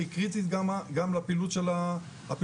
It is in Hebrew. היא קריטית גם לפעילות התחרותית.